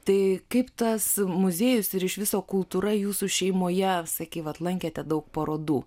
tai kaip tas muziejus ir iš viso kultūra jūsų šeimoje sakei vat lankėte daug parodų